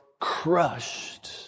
crushed